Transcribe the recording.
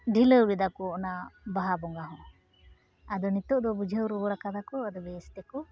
ᱰᱷᱤᱞᱟᱹᱣ ᱠᱮᱫᱟ ᱠᱚ ᱚᱱᱟ ᱵᱟᱦᱟ ᱵᱚᱸᱜᱟ ᱦᱚᱸ ᱟᱫᱚ ᱱᱤᱛᱳᱜ ᱫᱚ ᱵᱩᱡᱷᱟᱹᱣ ᱨᱩᱣᱟᱹᱲ ᱠᱟᱫᱟ ᱠᱚ ᱟᱫᱚ ᱵᱮᱥ ᱛᱮᱠᱚ